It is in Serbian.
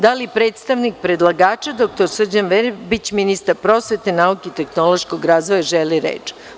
Da li predstavnik predlagača dr Srđan Verbić, ministar prosvete, nauke i tehnološkog razvija želi reč?